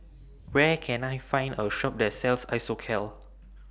Where Can I Find A Shop that sells Isocal